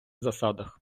засадах